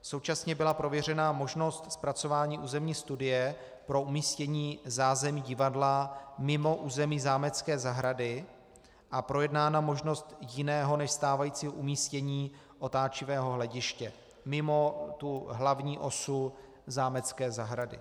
Současně byla prověřena možnost zpracování územní studie pro umístění zázemí divadla mimo území zámecké zahrady a projednána možnost jiného než stávajícího umístění otáčivého hlediště mimo tu hlavní osu zámecké zahrady.